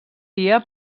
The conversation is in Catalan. dia